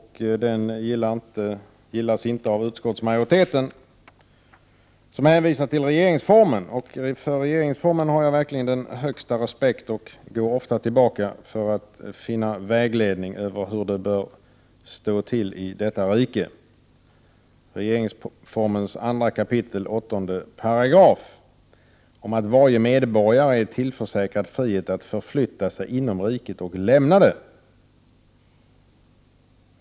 Denna motion gillas inte av utskottsmajoriteten, som hänvisar till regeringsformen. Jag har verkligen den största respekt för regeringsformen, och jag går ofta tillbaka till den för att finna vägledning för hur det bör stå till i detta rike. Utskottsmajoriteten hänvisar alltså i detta fall till regeringsformens 2 kap. 8 § om att varje medborgare är tillförsäkrad friheten att förflytta sig inom riket och lämna det.